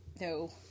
no